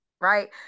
right